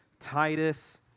Titus